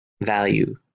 value